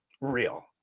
Real